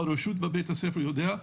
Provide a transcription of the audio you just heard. אבל הרשות ובית הספר יודעים,